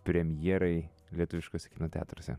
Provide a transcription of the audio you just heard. premjerai lietuviškuose kino teatruose